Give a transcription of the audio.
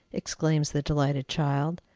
exclaims the delighted child.